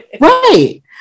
Right